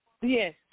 Yes